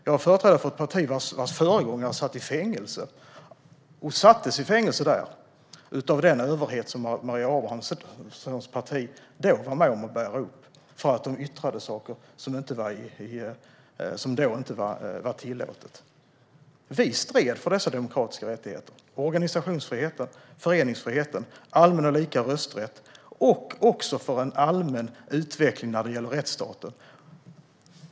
Jag är företrädare för ett parti vars föregångare sattes i fängelse av den överhet som Maria Abrahamssons parti då var med om att bära upp; anledningen var att de yttrade saker som då inte var tillåtna. Vi stred för dessa demokratiska rättigheter - organisationsfriheten, föreningsfriheten och allmän och lika rösträtt. Vi stred också för en allmän utveckling av rättsstaten.